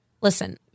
listen